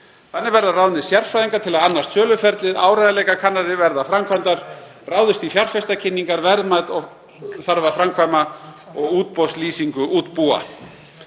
Þannig verða ráðnir sérfræðingar til að annast söluferlið, áreiðanleikakannanir verða framkvæmdar, ráðist í fjárfestakynningu, verðmætamat þarf að framkvæma og útbúa útboðslýsingu.